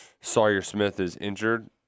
Sawyer-Smith-is-injured